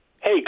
Hey